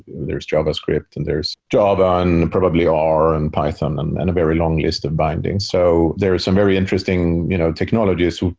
there's javascript and there's java and probably r and python and a very long list of bindings. so there's some very interesting you know technologies.